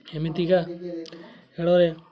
ଏମିତିକା ଖେଳରେ